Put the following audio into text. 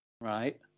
Right